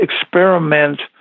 experiment